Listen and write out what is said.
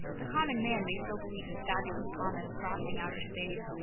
the common man may still believe in fabulous comets crossing outer space,